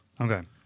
Okay